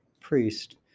Priest